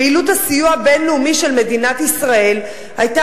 פעילות הסיוע הבין-לאומי של מדינת ישראל היתה